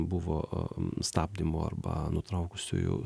buvo stabdymo arba nutraukusiųjų